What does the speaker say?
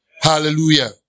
Hallelujah